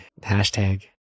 Hashtag